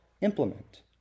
implement